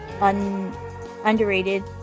underrated